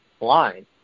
line